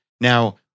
Now